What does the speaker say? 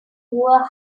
hoover